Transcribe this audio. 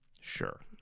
Sure